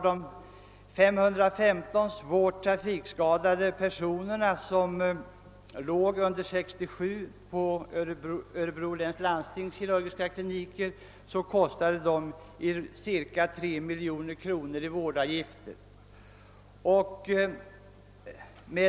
De 515 svårt trafikskadade personer som under 1967 låg på Örebro läns landstings kirurgiska kliniker kostade cirka 3 miljoner kronor i vårdavgifter.